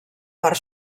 part